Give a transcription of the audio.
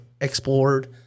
explored